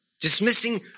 Dismissing